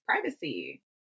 privacy